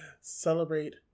Celebrate